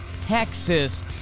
Texas